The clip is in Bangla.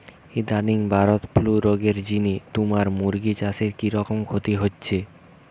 ইদানিং বারদ ফ্লু রগের জিনে তুমার মুরগি চাষে কিরকম ক্ষতি হইচে?